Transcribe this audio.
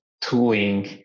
tooling